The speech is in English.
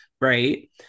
right